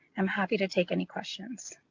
am happy to take any questions.